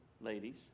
ladies